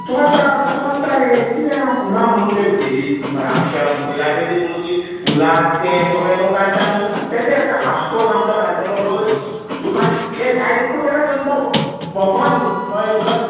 चलतां चलतां रे कित्याक फुलां म्हणू त्या देवीक आमच्या मिलाग्रिक म्हणू फुलां तेल सगळे लोक घालतां न्हय ताजे आशीश तो सांगता घालतालो पळय दुकान ते सायडिकूच ताका घेवन बसूनी कळ्ळें तुका